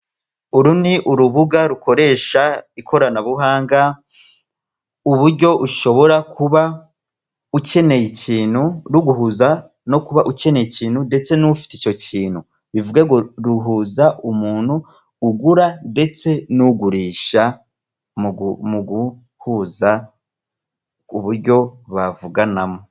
Uru ni urubuga rukoresha ikoranabuhanga, uburyo ushobora kuba ukeneye ikintu ruguhuza no kuba ukeneye ikintu ndetse n'ufite icyo kintu, bivuge ngo ruhuza umuntu ugura ndetse n'ugurisha mu guhuza ku buryo bavuganamo.